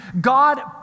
God